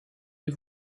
les